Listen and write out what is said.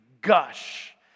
gush